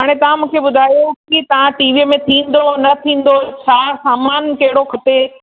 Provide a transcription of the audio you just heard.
हाणे तव्हां मूंखे ॿुधायो की तव्हां टीवीअ में थींदो न थींदो छा सामानु कहिड़ो खपे